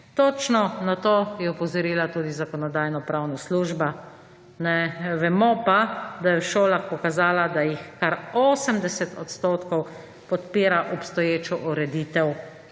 Točno na to je opozorila tudi Zakonodajno-pravna služba. Vemo pa, da je v šolah pokazala, da jih kar 80 % podpira obstoječo ureditev